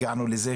הגענו לזה,